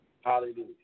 Hallelujah